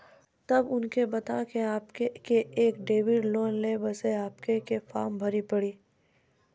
तब उनके बता के आपके के एक क्रेडिट लोन ले बसे आपके के फॉर्म भरी पड़ी?